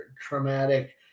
traumatic